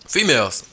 Females